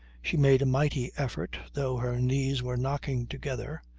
she made a mighty effort, though her knees were knocking together,